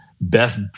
best